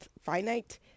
finite